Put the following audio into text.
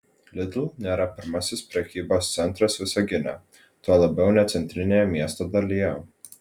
lidl nėra pirmasis prekybos centras visagine tuo labiau ne centrinėje miesto dalyje